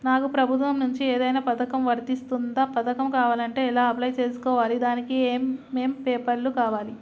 నాకు ప్రభుత్వం నుంచి ఏదైనా పథకం వర్తిస్తుందా? పథకం కావాలంటే ఎలా అప్లై చేసుకోవాలి? దానికి ఏమేం పేపర్లు కావాలి?